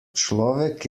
človek